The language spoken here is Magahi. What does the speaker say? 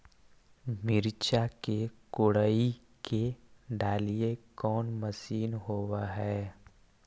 मिरचा के कोड़ई के डालीय कोन मशीन होबहय?